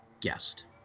guest